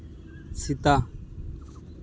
Sita